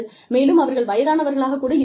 மேலும் அவர்கள் வயதானவர்களாக கூட இருக்கலாம்